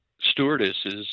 stewardesses